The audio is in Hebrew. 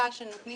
שנותנים